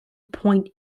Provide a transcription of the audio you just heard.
point